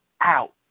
out